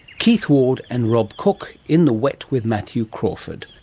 keith ward and rob cook in the wet with matthew crawford